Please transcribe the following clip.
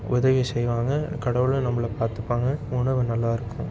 உதவி செய்வாங்க கடவுளும் நம்மள பார்த்துப்பாங்க உணவு நல்லா இருக்கும்